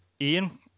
Ian